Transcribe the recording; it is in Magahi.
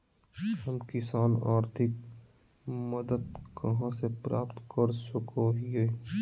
हम किसान आर्थिक मदत कहा से प्राप्त कर सको हियय?